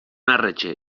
arretxe